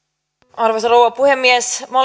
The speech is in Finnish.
arvoisa rouva puhemies minä